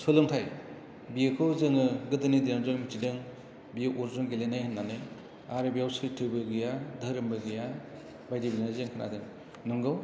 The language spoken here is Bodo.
सोलोंथाय बेखौ जोङो गोदोनि दिनाव जों मिथिदों बेयो अरजों गेलेनाय होन्नानै आरो बेयाव सैथोबो गैया धोरोमबो गैया बायदिजोंनो जेंखोनाजों नोंगौ